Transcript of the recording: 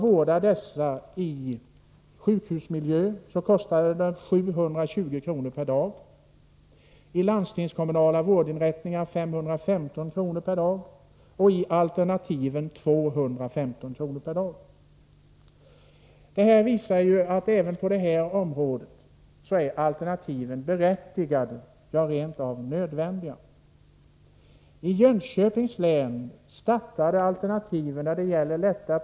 per dag — enligt Landstingsförbundets uppgifter 1981 —, i landstingskommunala vårdinrättningar 515 kr. per dag och i alternativen 215 kr. per dag. Det visar att alternativen även på det här området är berättigade, ja, rent av nödvändiga.